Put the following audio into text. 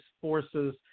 forces